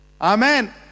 Amen